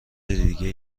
دیگه